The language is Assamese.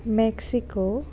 মেক্সিকো